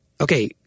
okay